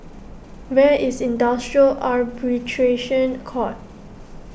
where is Industrial Arbitration Court